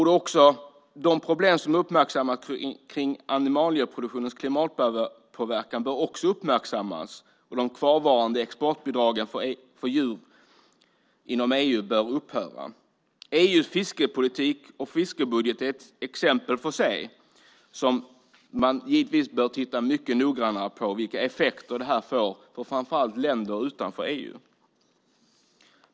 De problem som finns angående animalieproduktionens klimatpåverkan bör också uppmärksammas. De kvarvarande exportbidragen för djur inom EU bör upphöra. EU:s fiskepolitik och fiskebudget är exempel. Man bör givetvis titta mycket noggrant på vilka effekter detta får på framför allt länder utanför EU.